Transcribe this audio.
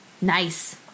nice